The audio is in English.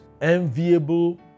enviable